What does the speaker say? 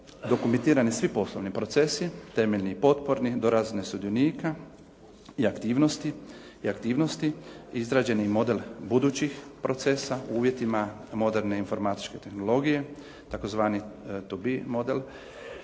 dokumentirani svi poslovni procesi, temeljni i potporni do razine sudionika i aktivnosti, izrađeni model budućih procesa u uvjetima moderne informatičke tehnologije, tzv. "to be" model,